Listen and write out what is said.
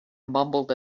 mumbled